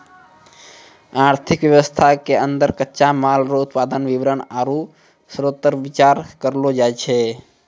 आर्थिक वेवस्था के अन्दर कच्चा माल रो उत्पादन वितरण आरु श्रोतपर बिचार करलो जाय छै